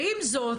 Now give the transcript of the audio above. ועם זאת,